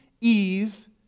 Eve